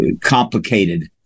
complicated